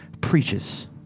preaches